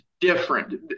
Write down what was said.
different